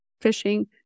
fishing